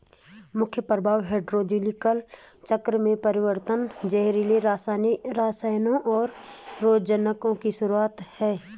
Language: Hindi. मुख्य प्रभाव हाइड्रोलॉजिकल चक्र में परिवर्तन, जहरीले रसायनों, और रोगजनकों की शुरूआत हैं